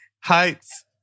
heights